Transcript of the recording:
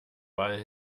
ball